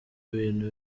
bintu